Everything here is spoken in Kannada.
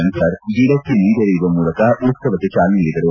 ಶಂಕರ್ ಗಿಡಕ್ಕೆ ನೆರೆಯುವ ಮೂಲಕ ಉತ್ಸವಕ್ಕೆ ಚಾಲನೆ ನೀಡಿದರು